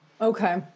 Okay